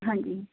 ਹਾਂਜੀ